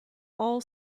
all